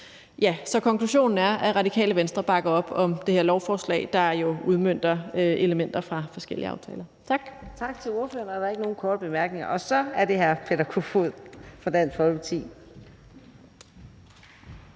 Så konklusionen er, at Radikale Venstre bakker op om det her lovforslag, der jo udmønter elementer fra forskellige aftaler. Kl. 18:10 Fjerde næstformand (Karina Adsbøl): Tak til ordføreren, og der er ikke nogen korte bemærkninger. Så er det hr. Peter Kofod fra Dansk Folkeparti.